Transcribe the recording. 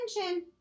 attention